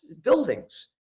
buildings